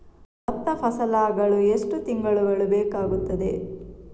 ಭತ್ತ ಫಸಲಾಗಳು ಎಷ್ಟು ತಿಂಗಳುಗಳು ಬೇಕಾಗುತ್ತದೆ?